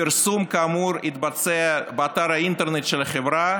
פרסום כאמור יתבצע באתר האינטרנט של החברה